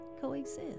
coexist